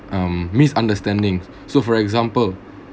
um misunderstanding so for example